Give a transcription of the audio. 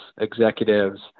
executives